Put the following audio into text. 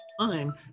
time